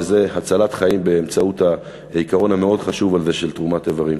וזה הצלת חיים באמצעות העיקרון המאוד חשוב הזה של תרומת איברים.